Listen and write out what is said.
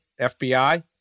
fbi